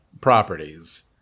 properties